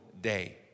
day